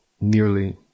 nearly